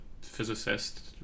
physicist